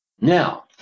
Now